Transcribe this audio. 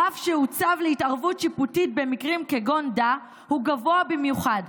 הרף שהוצב להתערבות שיפוטית במקרים כגון דא הוא גבוה במיוחד.